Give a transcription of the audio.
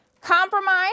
Compromise